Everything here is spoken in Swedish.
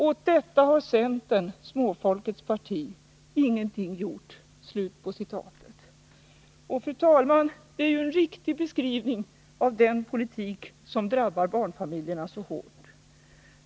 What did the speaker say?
Åt detta har centern — småfolkets parti — ingenting gjort.” Fru talman! Det är ju en riktig beskrivning av den politik som drabbar barnfamiljerna så hårt.